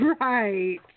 Right